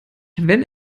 wenn